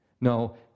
No